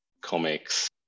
comics